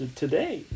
today